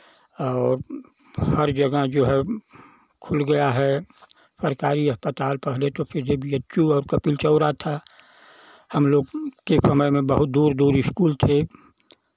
और हर जगह जो है खुल गया है सरकारी अस्पताल पहले तो सीधे बी एच यू और कपिलचौड़ा था हमलोग के समय में बहुत दूर दूर स्कूल थे